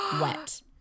wet